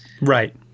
right